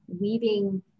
weaving